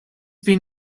been